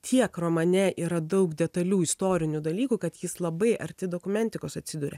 tiek romane yra daug detalių istorinių dalykų kad jis labai arti dokumentikos atsiduria